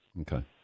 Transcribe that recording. Okay